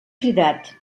cridat